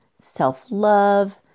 self-love